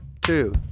two